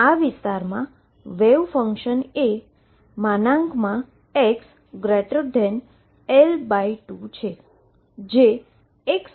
તેથી આ વિસ્તારમાં વેવ ફંક્શનએ xL2 છે જે x